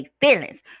feelings